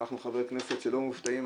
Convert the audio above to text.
אנחנו חברי כנסת שלא מופתעים,